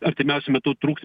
artimiausiu metu trūks